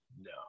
no